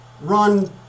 run